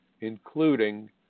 including